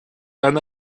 dan